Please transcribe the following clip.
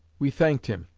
we thanked him,